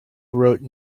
wrote